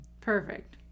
Perfect